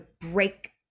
break